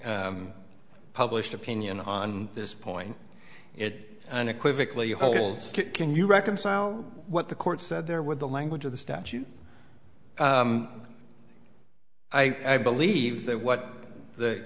published opinion on this point it unequivocally holds can you reconcile what the court said there with the language of the statute i believe that what the